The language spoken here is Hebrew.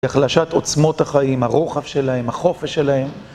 החלשת עוצמות החיים, הרוחב שלהם, החופש שלהם